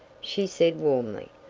she said warmly.